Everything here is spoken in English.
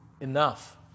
enough